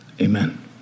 Amen